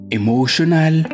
emotional